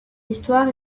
histoires